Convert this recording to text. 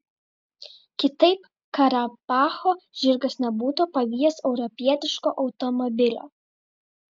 kitaip karabacho žirgas nebūtų pavijęs europietiško automobilio